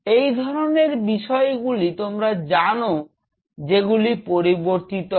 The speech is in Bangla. এই ধরনের বিষয়গুলি তোমরা জানো যে গুলি পরিবর্তিত হয়